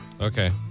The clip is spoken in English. Okay